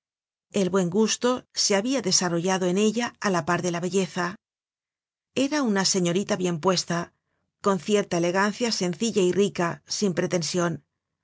el buen gusto se habia desarrollado en ella á la par de la belleza era una señorita bien puesta con cierta elegancia sencilla y rica sin pretension